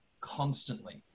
constantly